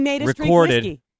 recorded